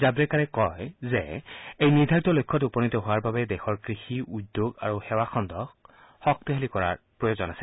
জাভ্ৰেকাৰে কয় যে এই নিৰ্ধাৰিত লক্ষ্যত উপনীত হোৱাৰ বাবে দেশৰ কৃষি উদ্যোগ আৰু সেৱা খণ্ডক শক্তিশালী কৰাৰ প্ৰয়োজন আছে